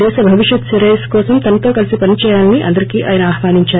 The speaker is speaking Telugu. దేశ భవిష్యత్ క్రేయస్సు కోసం తనతో కలిసి పనిచేయాలని అందరినీ ఆయన ఆహ్వానించారు